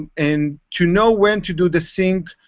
and to know when to do the sync,